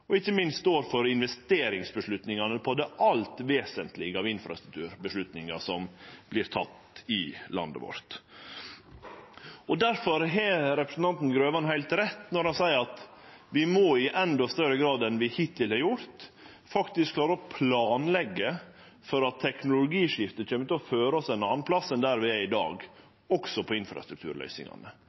– ikkje minst – står for investeringsavgjerdene om det alt vesentlege av infrastrukturavgjerder som vert tekne i landet vårt. Difor har representanten Grøvan heilt rett når han seier at vi må – i endå større grad enn vi hittil har gjort – klare å planleggje for at teknologiskiftet kjem til å føre oss ein annan plass enn der vi er i dag, også når det gjeld infrastrukturløysingane.